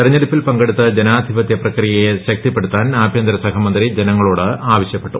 തെരഞ്ഞെടുപ്പിൽ പങ്കെടുത്ത് ജനാധിപത്യ പ്രക്രിയയെ ശക്തിപ്പെടുത്താൻ ആഭ്യന്തര സഹമന്ത്രി ജനങ്ങളോട് ആവശ്യപ്പെട്ടു